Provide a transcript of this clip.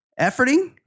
Efforting